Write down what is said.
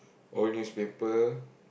old newspaper